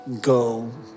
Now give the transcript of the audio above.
go